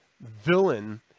villain